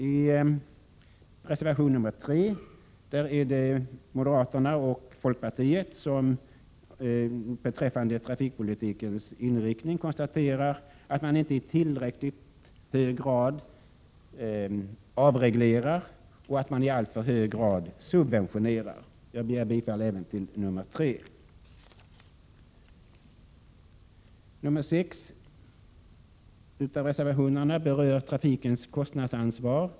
I reservation 3 konstaterar moderaterna och folkpartiet beträffande trafikpolitiken att regeringen och utskottsmajoriteten inte i tillräcklig grad avreglerar och att de i alltför hög grad subventionerar. Jag yrkar bifall även till reservation 3. Reservation 6 rör trafikens kostnadsansvar.